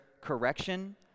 correction